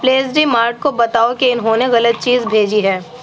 please D Mart کو بتاؤ کہ انہوں نے غلط چیز بھیجی ہے